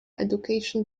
education